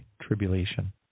tribulation